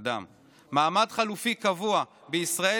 "אדם" מעמד חלופי קבוע בישראל,